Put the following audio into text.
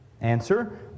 Answer